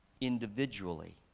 individually